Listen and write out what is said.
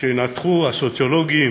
כשינתחו הסוציולוגים